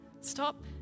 Stop